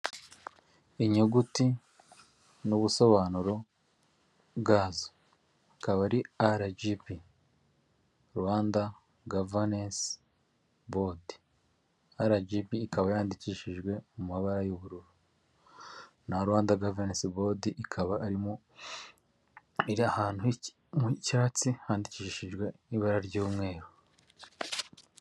Inyuguti n'ubusobanuro bwazo akaba ari RGB:Rwanda Governance Board. RGB ikaba yandikishijwe mu mabara y'ubururu na Rwanda Governance Board ikaba iri ahantu mu cyatsi yandikishijwe ibara ry'umweru.